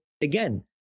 again